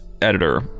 editor